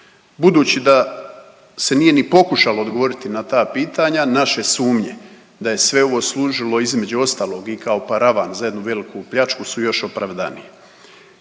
Budući da se nije ni pokušalo odgovoriti na ta pitanja, naše sumnje da je sve ovo služilo između ostalog i kao paravan za jednu veliku pljačku, su još opravdaniji.